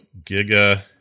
Giga